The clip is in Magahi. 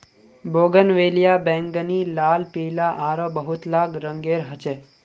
बोगनवेलिया बैंगनी, लाल, पीला आरो बहुतला रंगेर ह छे